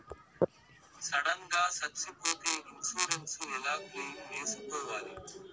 Sudden గా సచ్చిపోతే insurance ఎలా క్లెయిమ్ సేసుకోవాలి?